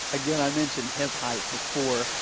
again, i mentioned hip height before.